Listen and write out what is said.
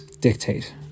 dictate